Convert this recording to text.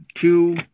two